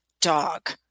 dog